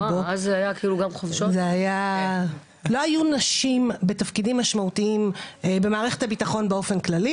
לא היו נשים בתפקידים משמעותיים במערכת הביטחון באופן כללי.